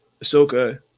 Ahsoka